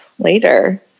later